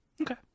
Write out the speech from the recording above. Okay